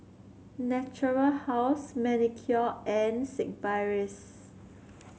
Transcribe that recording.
Natura House Manicare and Sigvaris